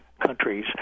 countries